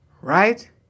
right